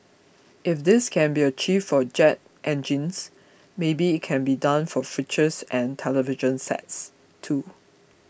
if this can be achieved for jet engines maybe it can be done for fridges and television sets too